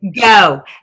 go